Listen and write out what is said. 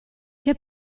che